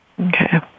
Okay